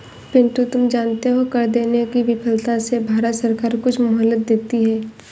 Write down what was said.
पिंटू तुम जानते हो कर देने की विफलता से भारत सरकार कुछ मोहलत देती है